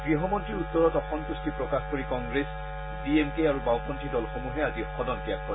গৃহমন্ত্ৰীৰ উত্তৰত অসম্ভট্টি প্ৰকাশ কৰি কংগ্ৰেছ ডি এম কে আৰু বাওঁপন্থী দলসমূহে আজি সদন ত্যাগ কৰে